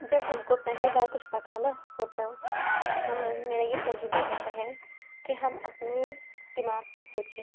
جب ہم کو پہلی بار کچھ پکانا ہو تو ہم میرا یہ تجربہ ہوتا ہے کہ ہم اپنی دماغ سے سوچیں